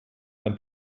ein